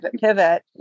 pivot